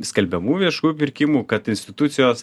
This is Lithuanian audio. skelbiamų viešųjų pirkimų kad institucijos